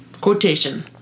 Quotation